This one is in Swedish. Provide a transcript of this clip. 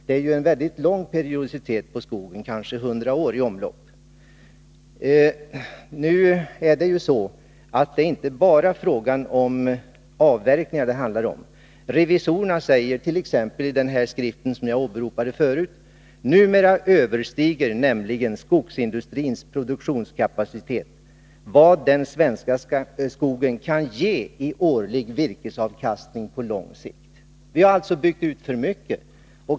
Det är mycket lång periodicitet på skogen, ibland ända upp till 100 år. Det handlar dock inte bara om avverkning. Revisorerna säger t.ex. i den skrift som jag tidigare åberopat: ”Numera överstiger nämligen skogsindustrins produktionskapacitet vad den svenska skogen kan ge i årlig virkesavkastning på lång sikt.” Nr 123 Vi har alltså byggt ut för mycket.